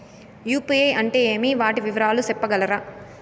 UPI అంటే ఏమి? వాటి వివరాలు సెప్పగలరా?